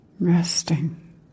Resting